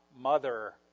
mother